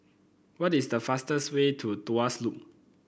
what is the fastest way to Tuas Loop